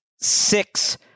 six